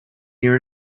near